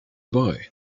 boy